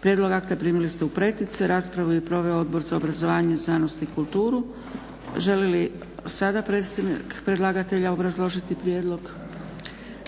Prijedlog akta primili ste u pretince. Raspravu je proveo Odbor za obrazovanje, znanost i kulturu. Želi li sada predstavnik predlagatelja obrazložiti prijedlog?